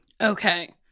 Okay